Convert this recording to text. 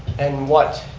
and what